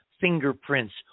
fingerprints